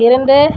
இரண்டு